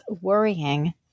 worrying